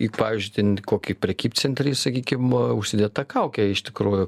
į pavyzdžiui ten kokį prekybcentrį sakykim užsidėt tą kaukę iš tikrųjų